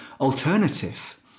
alternative